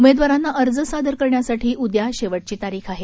उमेदवारांना अर्ज सादर करण्यासाठी उदया शेवटची तारीख आहे